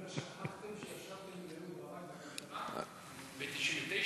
שכחתם שישבתם עם אהוד ברק בממשלה ב-1999?